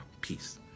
Peace